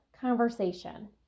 conversation